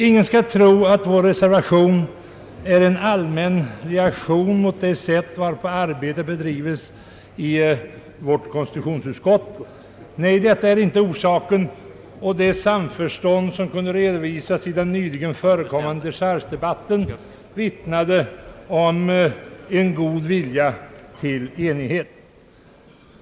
Ingen skall tro att vår reservation är en allmän reaktion mot det sätt varpå arbetet bedrives i konstitutionsutskottet. Nej, detta är inte orsaken. Det samförstånd som kunde redovisas i den nyligen förda dechargedebatten vittnade om en god vilja till enighet.